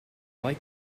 like